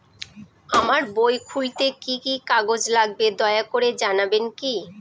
আমার বই খুলতে কি কি কাগজ লাগবে দয়া করে জানাবেন কি?